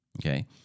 okay